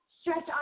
stretch